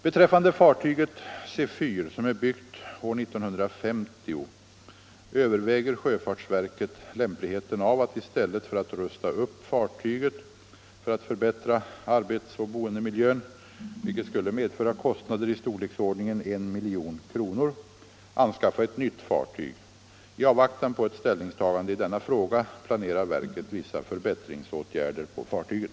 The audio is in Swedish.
Beträffande fartyget Sefyr, som är byggt år 1950, överväger sjöfartsverket lämpligheten av att i stället för att rusta upp fartyget för att förbättra arbetsoch boendemiljön — vilket skulle medföra kostnader i storleksordningen 1 milj.kr. — anskaffa ett nytt fartyg. I avvaktan på ett ställningstagande i denna fråga planerar verket vissa förbättringsåtgärder på fartyget.